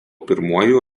pirmuoju